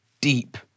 deep